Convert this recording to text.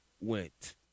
went